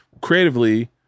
creatively